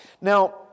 Now